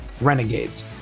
Renegades